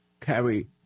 carry